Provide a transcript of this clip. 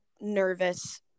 nervous